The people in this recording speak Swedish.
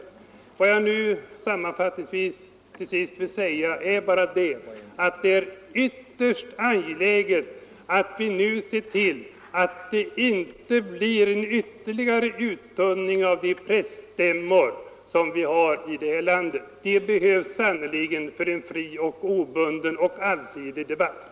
Till sist vill jag sammanfattningsvis betona att det är ytterst angeläget att vi nu ser till att det inte blir en ytterligare uttunning av de presstämmor som vi har i vårt land. De som nu finns behövs sannerligen för en fri, obunden och allsidig debatt.